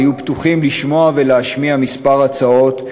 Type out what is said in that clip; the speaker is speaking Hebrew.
והיו פתוחים לשמוע ולהשמיע מספר הצעות,